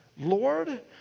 Lord